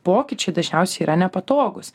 pokyčiai dažniausiai yra nepatogūs